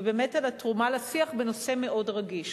ובאמת על התרומה לשיח בנושא מאוד רגיש,